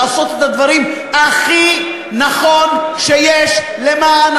לעשות את הדברים הכי נכון שיש למען